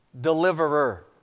deliverer